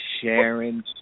Sharon